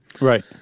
Right